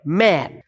man